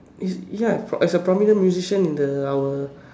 yes ya as a prominent musician in the our